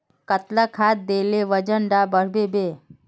कतला खाद देले वजन डा बढ़बे बे?